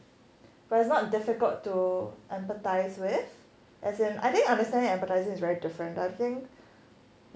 but it's not difficult to empathise with as in I think understanding and empathising is very different I think